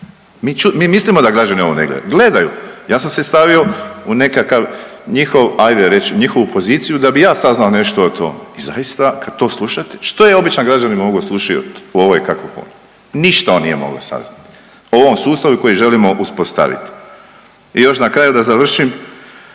Mi mislimo da građani ovo ne gledaju, gledaju! Ja sam se stavio u nekakav njihov, hajde reći ću njihovu poziciju da bih ja saznao nešto o tom. I zaista kad to slušate što je običan građanin mogao …/Govornik se ne razumije./… u ovoj kakofoniji. Ništa on nije mogao saznati o ovom sustavu koji želimo uspostaviti. I još na kraju da završim